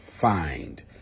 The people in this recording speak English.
find